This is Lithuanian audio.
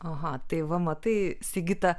aha tai va matai sigita